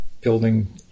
building